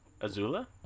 Azula